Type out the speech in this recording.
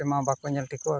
ᱛᱮᱢᱟ ᱵᱟᱠᱚ ᱧᱮᱞ ᱴᱷᱤᱠᱚᱜᱼᱟ